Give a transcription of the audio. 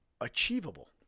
Achievable